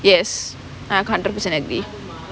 yes I hundred percent agree